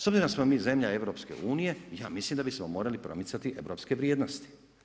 S obzirom da smo zemlja EU ja mislim da bismo morali promicati europske vrijednosti.